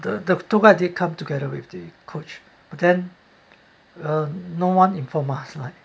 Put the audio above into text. the the tour guide didn't come together with the coach but then uh no one inform us like